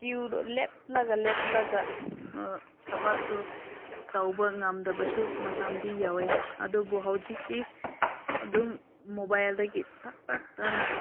ꯀ꯭ꯋꯨꯗꯣ ꯂꯦꯞꯂꯒ ꯂꯦꯞꯂꯒ ꯊꯕꯛꯇꯣ ꯇꯧꯕ ꯉꯝꯗꯕꯁꯨ ꯃꯇꯝꯗꯤ ꯌꯥꯎꯋꯦ ꯑꯗꯨꯕꯨ ꯍꯧꯖꯤꯛꯇꯤ ꯑꯗꯨꯝ ꯃꯣꯕꯥꯏꯜꯗꯒꯤ ꯇꯛ ꯇꯛ ꯑꯅ